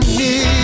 need